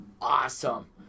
awesome